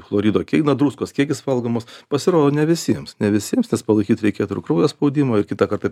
chlorido kiek na druskos kiekis valgomos pasirodo ne visiems ne visiems nes palaikyt reikėtų ir kraujo spaudimą ir kitą kartą